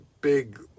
big